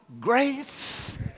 grace